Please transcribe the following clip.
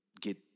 get